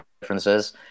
differences